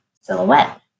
silhouette